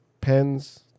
pens